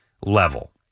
level